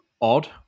odd